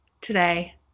today